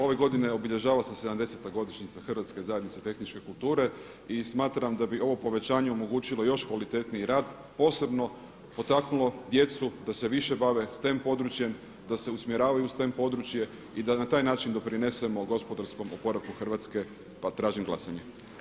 Ove godine obilježava se 70. godišnjica Hrvatske zajednice tehničke kulture i smatram da bi ovo povećanje omogućilo još kvalitetniji rad, posebno potaknulo djecu da se više bave STEM područjem, da se usmjeravaju u STEM područje i da na taj način doprinesemo gospodarskom oporavkom Hrvatske pa tražim glasanje.